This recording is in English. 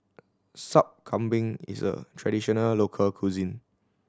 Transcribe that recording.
Sup Kambing is a traditional local cuisine